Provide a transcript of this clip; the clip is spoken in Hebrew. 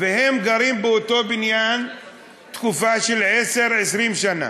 והם גרים באותו בניין תקופה של 10 20 שנה,